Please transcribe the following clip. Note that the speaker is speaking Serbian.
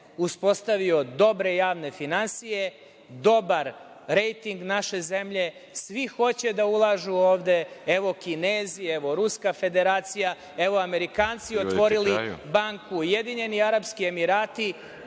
uspostavio dobre javne finansije, dobar rejting naše zemlje. Svi hoće da ulažu ovde, evo Kinezi, evo Ruska Federacija, evo Amerikanci otvorili banku, Ujedinjeni Arapski Emirati.